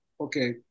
okay